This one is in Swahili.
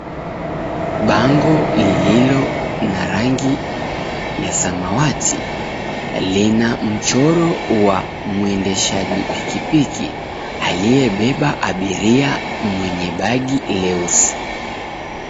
Bango lililo na rangi ya samawati lina mchoro wa mwendeshaji pikipiki aliyebeba abiria mwenye bagi leusi